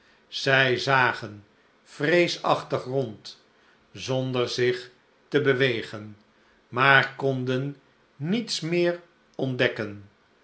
zij zagen vreesachtig rond zonder zich te bewegen maar konden niets meer ontdekken